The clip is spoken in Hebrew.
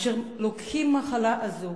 אשר לוקים במחלה הזאת,